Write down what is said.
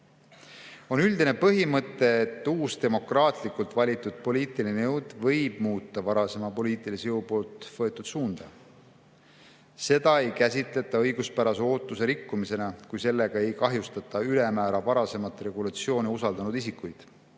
On üldine põhimõte, et uus, demokraatlikult valitud poliitiline jõud võib muuta varasema poliitilise jõu võetud suunda. Seda ei käsitleta õiguspärase ootuse rikkumisena, kui sellega ei kahjustata ülemäära varasemat regulatsiooni usaldanud isikuid.